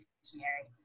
dictionary